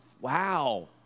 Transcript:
Wow